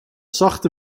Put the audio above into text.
zachte